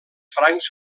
francs